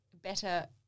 better